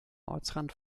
ortsrand